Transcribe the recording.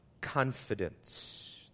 confidence